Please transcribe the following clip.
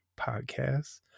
podcasts